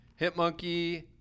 Hitmonkey